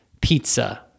pizza